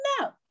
no